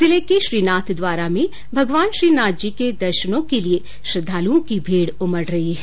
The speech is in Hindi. जिले के श्रीनाथद्वारा में भगवान श्रीनाथजी के दर्शनों के किए श्रृद्वालुओं की भीड उमड रही है